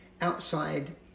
outside